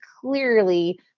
clearly